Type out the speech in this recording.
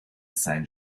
sein